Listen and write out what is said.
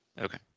okay